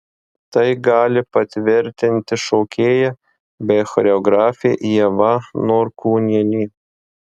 tai gali patvirtinti šokėja bei choreografė ieva norkūnienė